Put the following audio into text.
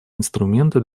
инструменты